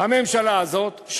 הממשלה הזאת,